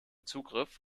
zugriff